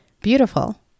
beautiful